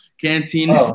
Canteen